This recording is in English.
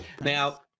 Now